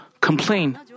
complain